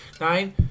nine